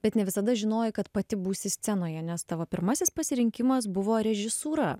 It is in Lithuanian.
bet ne visada žinojai kad pati būsi scenoje nes tavo pirmasis pasirinkimas buvo režisūra